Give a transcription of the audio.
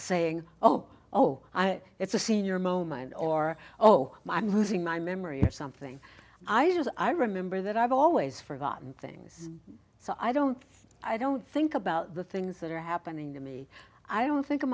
saying oh oh it's a senior moment or oh i'm losing my memory or something i do as i remember that i've always forgotten things so i don't i don't think about the things that are happening to me i don't think of